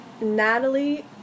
natalie